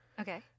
Okay